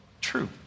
True